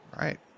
Right